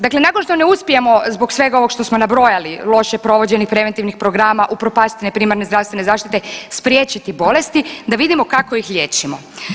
Dakle, nakon što ne uspijemo zbog svega ovoga što smo nabrojali loše provođenih preventivnih programa, upropaštene primarne zdravstvene zaštite spriječiti bolesti da vidimo kako ih liječimo.